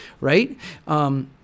right